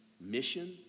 mission